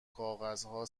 کاغذها